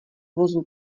vozů